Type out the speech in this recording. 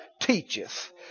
teacheth